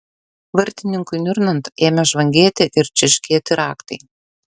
vartininkui niurnant ėmė žvangėti ir čerškėti raktai